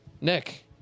Nick